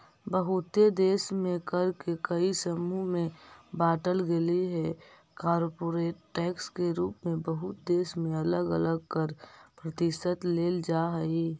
बहुते देश में कर के कई समूह में बांटल गेलइ हे कॉरपोरेट टैक्स के रूप में बहुत देश में अलग अलग कर प्रतिशत लेल जा हई